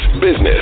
business